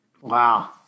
Wow